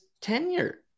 tenure